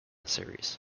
series